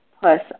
plus